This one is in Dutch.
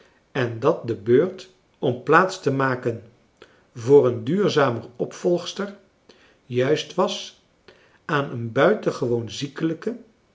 en dat de beurt om plaats te maken voor een duurzamer opvolgster juist was aan een buitengewoon ziekelijke